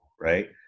right